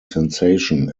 sensation